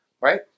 Right